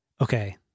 okay